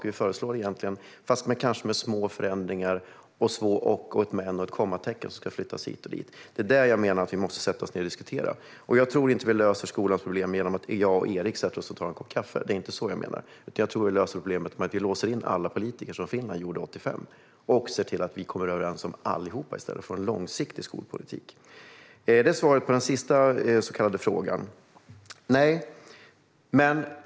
Vi föreslår samma saker, men kanske med små förändringar, ett men eller ett kommatecken som ska flyttas hit och dit. Det är de sakerna jag menar att vi måste diskutera. Jag tror inte att vi löser skolans problem genom att jag och Erik Bengtzboe sätter oss och tar en kopp kaffe. Det är inte så jag menar. Jag tror att vi löser problemet genom att vi låser in alla politiker, som Finland gjorde 1985, och ser till att vi alla kommer överens om en långsiktig skolpolitik. Det var svaret på den sista frågan.